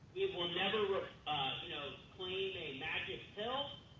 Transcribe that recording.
will never you know claim a magic pill,